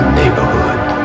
neighborhood